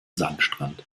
sandstrand